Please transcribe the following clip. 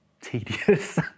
tedious